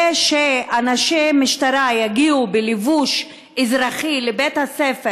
ושאנשי משטרה יגיעו בלבוש אזרחי לבית-הספר